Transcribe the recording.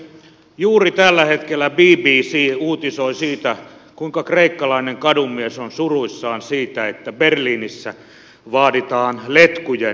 juuri tällä hetkellä bbc uutisoi siitä kuinka kreikkalainen kadunmies on suruissaan siitä että berliinissä vaaditaan letkujen irrottamista